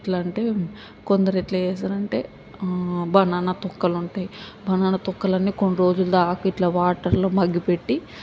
ఎట్లంటే కొందరు ఎట్లా చేస్తారంటే ఆ బనానా తొక్కలుంటాయి బనానా తొక్కలన్నీ కొన్ని రోజులదాకా ఇట్లా వాటర్లో మగ్గపెట్టి